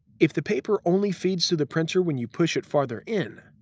if the paper only feeds through the printer when you push it farther in,